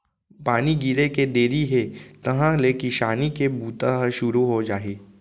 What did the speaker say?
पानी गिरे के देरी हे तहॉं ले किसानी के बूता ह सुरू हो जाही